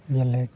ᱡᱮᱞᱮᱠᱟ